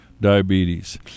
diabetes